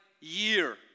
year